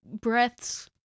breaths